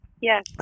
Yes